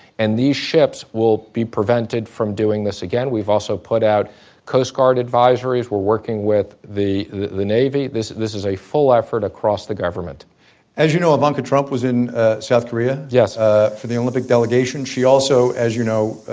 and these ships will be prevented from doing this again. we've also put out coast guard advisories. we're working with the the the navy. this this is a full effort across the government as you know, ivanka trump was in ah south korea ah for the olympic delegation. she also, as you know,